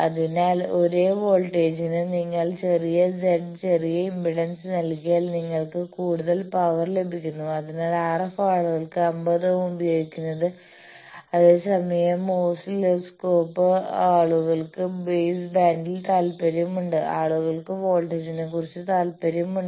അതിനാൽ ഒരേ വോൾട്ടേജിന് നിങ്ങൾ ചെറിയ z ചെറിയ ഇംപിഡൻസ് നൽകിയാൽ നിങ്ങൾക്ക് കൂടുതൽ പവർ ലഭിക്കുന്നു അതിനാലാണ് RF ആളുകൾ 50 ഓം ഉപയോഗിക്കുന്നത് അതേസമയം ഓസിലോസ്കോപ്പ് ആളുകൾക്ക് ബേസ്ബാൻഡിൽ താൽപ്പര്യമുണ്ട് ആളുകൾക്ക് വോൾട്ടേജിനെക്കുറിച്ച് താൽപ്പര്യമുണ്ട്